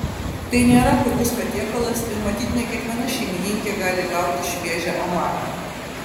tai nėra pigus patiekalas ir matyt ne kiekviena šeimininkė gali gauti šviežią omarą